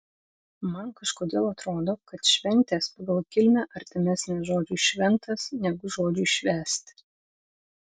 man kažkodėl atrodo kad šventės pagal kilmę artimesnės žodžiui šventas negu žodžiui švęsti